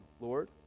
Lord